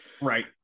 Right